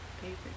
favorite